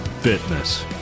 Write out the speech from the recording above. Fitness